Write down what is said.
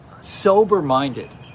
sober-minded